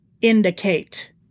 indicate